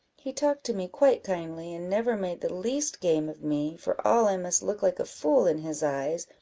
he talked to me quite kindly, and never made the least game of me, for all i must look like a fool in his eyes,